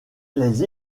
les